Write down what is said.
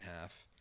half